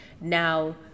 Now